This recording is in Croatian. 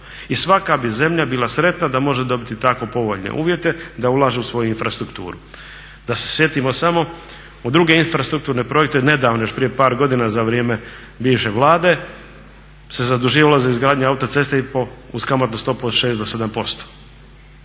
I svaka bi zemlja bila sretna da može dobiti tako povoljne uvjete, da ulažu u svoju infrastrukturu. Da se sjetimo samo u druge infrastrukturne projekte, nedavno još prije par godina za vrijeme bivše Vlade se zaduživala za izgradnju autoceste i uz kamatnu stopu od 6 do 7%.